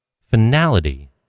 finality